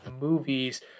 movies